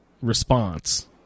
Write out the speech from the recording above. response